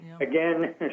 Again